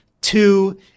Two